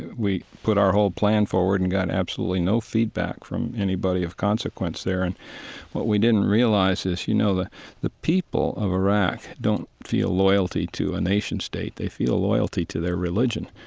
we put our whole plan forward and got absolutely no feedback from anybody of consequence there. and what we didn't realize is, you know, the the people of iraq don't feel loyalty to a nation-state they feel loyalty to their religion.